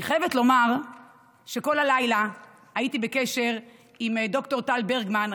אני חייבת לומר שכל הלילה הייתי בקשר עם ד"ר טל ברגמן,